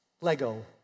Lego